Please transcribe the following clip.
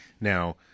Now